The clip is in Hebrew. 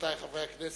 רבותי חברי הכנסת,